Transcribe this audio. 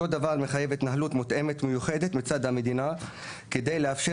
אותו דבר מחייב התנהלות מותאמת ומיוחדת מצד המדינה כדי לאפשר